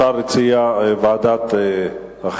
השר הציע את ועדת החינוך,